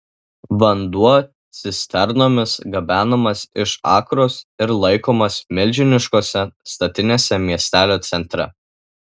vanduo cisternomis gabenamas iš akros ir laikomas milžiniškose statinėse miestelio centre